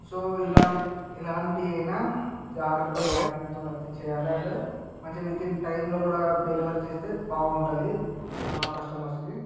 so ఇలాంటి ఇలాంటివైనా జాగ్రతగా ప్యాకింగుతోని అయితే చేయాలి అండ్ మంచిగా వితిన్ టైములో కూడ డెలివరీ చేస్తే బాగుంటుంది కస్టమర్సుకి